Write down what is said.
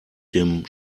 dem